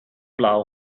blauw